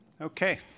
Okay